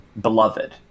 Beloved